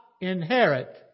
inherit